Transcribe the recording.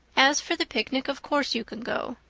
as for the picnic, of course you can go.